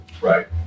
right